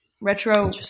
Retro